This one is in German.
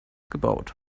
gebaut